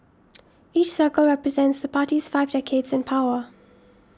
each circle represents the party's five decades in power